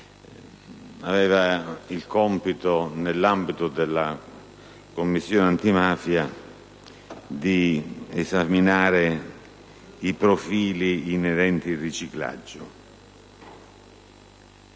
aveva il compito, nell'ambito dell'attività della Commissione antimafia, di esaminare i profili inerenti al riciclaggio.